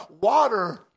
Water